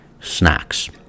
snacks